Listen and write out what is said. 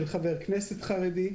של חבר כנסת חרדי,